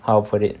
how to put it